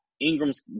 Ingram's